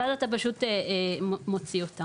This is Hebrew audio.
ואז אתה פשוט מוציא אותם.